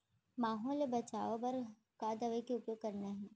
माहो ले बचाओ बर का दवई के उपयोग करना हे?